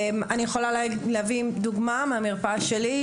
אני יכולה להביא דוגמה מהמרפאה שלי,